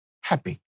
happy